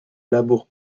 labour